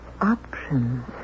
options